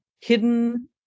hidden